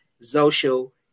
Social